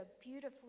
beautifully